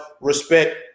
respect